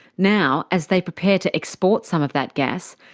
now as they prepare to export some of that gas,